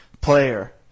player